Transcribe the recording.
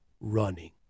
running